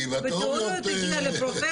כי לתאוריות --- בתאוריות הגיע לפרופסור,